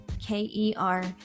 K-E-R